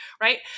right